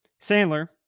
Sandler